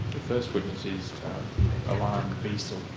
first witness is ilan